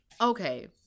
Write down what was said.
okay